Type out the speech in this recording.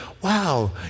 wow